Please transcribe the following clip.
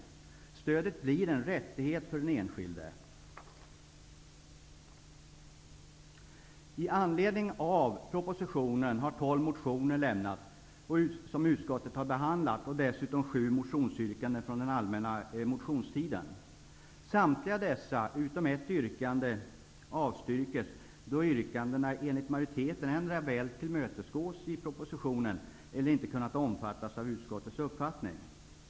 Stödet blir en rättighet för den enskilde. I anledning av propositionen har tolv motioner väckts. Utskottet har behandlat dem. Dessutom finns det sju motionsyrkanden från den allmänna motionstiden. Samtliga dessa, utom ett yrkande, avstyrks då yrkandena enligt majoriteten endera väl tillmötesgås i propositionen eller inte kunnat omfattas av utskottets uppfattning.